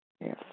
Yes